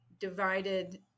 divided